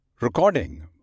Recording